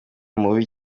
mubi